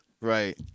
Right